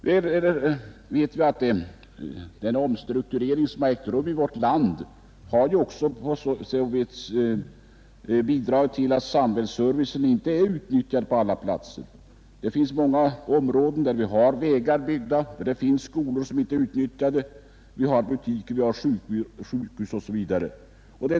Vi vet att den omstrukturering som ägt rum i vårt land på en rad orter bidragit till att samhällsservicen inte är utnyttjad. Det finns många områden där vi har vägar byggda, där det finns skolor som inte är utnyttjade, där det finns butiker, sjukhus osv.